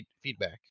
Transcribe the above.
feedback